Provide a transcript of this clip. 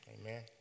Amen